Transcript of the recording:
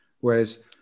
Whereas